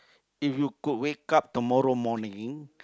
if you could wake up tomorrow morning